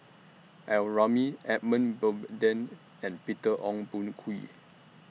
L Ramli Edmund Blundell and Peter Ong Boon Kwee